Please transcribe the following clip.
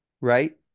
right